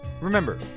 remember